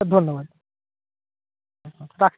ধন্যবাদ রাখছি